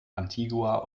antigua